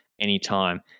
anytime